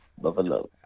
buffalo